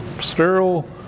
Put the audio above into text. Sterile